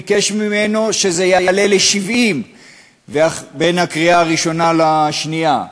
ביקש ממנו שזה יעלה ל-70 בין הקריאה הראשונה לשנייה.